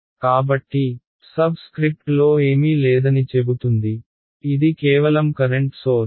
కాబట్టి సబ్స్క్రిప్ట్లో ఏమీ లేదని చెబుతుంది ఇది కేవలం కరెంట్ సోర్స్